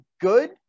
good